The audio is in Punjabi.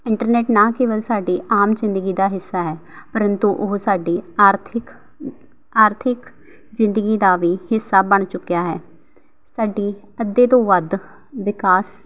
ਇੰਟਰਨੈਟ ਨਾ ਕੇਵਲ ਸਾਡੀ ਆਮ ਜ਼ਿੰਦਗੀ ਦਾ ਹਿੱਸਾ ਹੈ ਪਰੰਤੂ ਉਹ ਸਾਡੀ ਆਰਥਿਕ ਆਰਥਿਕ ਜ਼ਿੰਦਗੀ ਦਾ ਵੀ ਹਿੱਸਾ ਬਣ ਚੁੱਕਿਆ ਹੈ ਸਾਡੀ ਅੱਧੇ ਤੋਂ ਵੱਧ ਵਿਕਾਸ